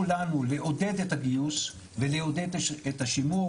לנו לעודד את הגיוס ולעודד את השימור.